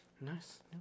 Nice